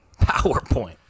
PowerPoint